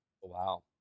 Wow